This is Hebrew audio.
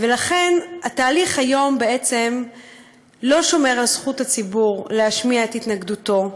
ולכן התהליך היום בעצם לא שומר על זכות הציבור להשמיע את התנגדותו.